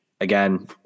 again